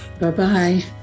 Bye-bye